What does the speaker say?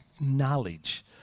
knowledge